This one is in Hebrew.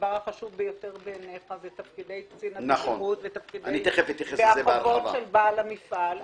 הדבר החשוב בעיניך זה תפקידי קצין הבטיחות והחובות של בעל המפעל.